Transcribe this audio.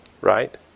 right